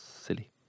Silly